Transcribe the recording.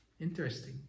interesting